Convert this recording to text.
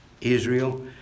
Israel